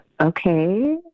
Okay